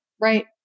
right